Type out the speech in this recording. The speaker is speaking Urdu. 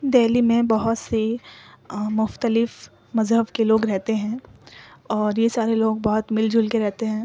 دہلی میں بہت سے مفتلف مذہب کے لوگ رہتے ہیں اور یہ سارے لوگ بہت مل جل کے رہتے ہیں